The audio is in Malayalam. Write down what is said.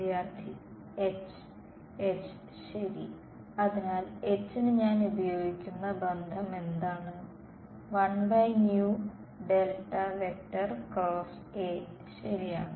വിദ്യാർത്ഥി H H ശരി അതിനാൽ H ന് ഞാൻ ഉപയോഗിക്കുന്ന ബന്ധം എന്താണ് ശരിയാണ്